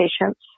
patients